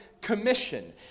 commission